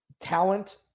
talent